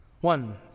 One